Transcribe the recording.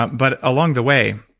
but but along the way,